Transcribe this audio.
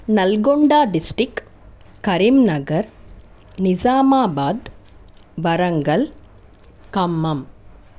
Nalgonda district Karimnagar Nizamabad Warangal Khammam